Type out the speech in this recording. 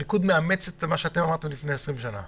מאמץ את מה שאתם אמרתם לפני 20 שנה?